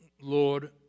Lord